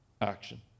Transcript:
action